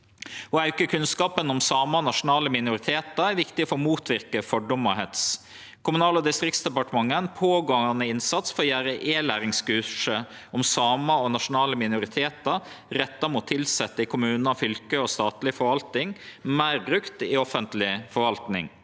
Å auke kunnskapen om samar og andre nasjonale minoritetar er viktig for å motverke fordommar og hets. I Kommunal- og distriktsdepartementet føregår det ein innsats for gjere e-læringskurset om samar og andre nasjonale minoritetar – retta mot tilsette i kommunar, fylke og statleg forvalting – meir brukt i offentleg forvalting.